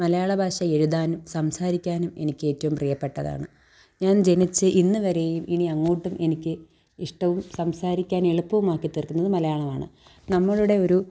മലയാള ഭാഷ എഴുതാനും സംസാരിക്കാനും എനിക്കേറ്റവും പ്രിയപ്പെട്ടതാണ് ഞാൻ ജനിച്ച ഇന്നുവരേയും ഇനിയങ്ങോട്ടും എനിക്ക് ഇഷ്ടവും സംസാരിക്കാൻ എളുപ്പവുമാക്കി തീർക്കുന്നത് മലയാളമാണ് നമ്മളുടെ ഒരു